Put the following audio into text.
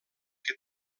que